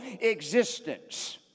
existence